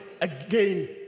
again